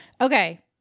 okay